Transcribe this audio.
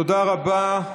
--- תודה רבה.